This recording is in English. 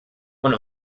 one